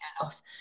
enough